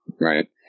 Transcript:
right